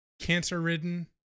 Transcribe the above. cancer-ridden